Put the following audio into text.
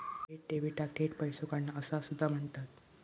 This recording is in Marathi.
थेट डेबिटाक थेट पैसो काढणा असा सुद्धा म्हणतत